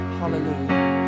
Hallelujah